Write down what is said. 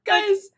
Guys